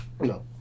No